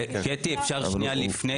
קטי, אפשר שנייה לפני?